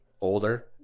older